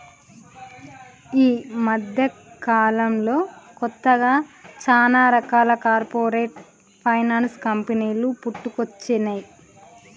యీ మద్దెకాలంలో కొత్తగా చానా రకాల కార్పొరేట్ ఫైనాన్స్ కంపెనీలు పుట్టుకొచ్చినై